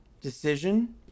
Decision